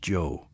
Joe